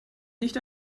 nicht